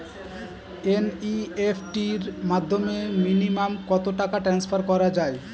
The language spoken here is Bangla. এন.ই.এফ.টি র মাধ্যমে মিনিমাম কত টাকা টান্সফার করা যায়?